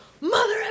mother